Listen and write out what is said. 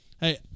hey